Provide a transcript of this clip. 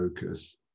focus